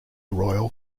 royal